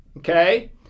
Okay